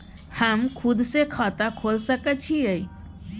हम खुद से खाता खोल सके छीयै?